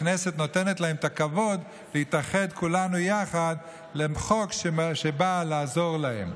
הכנסת נותנת להם את הכבוד להתאחד כולנו יחד עם חוק שבא לעזור להם.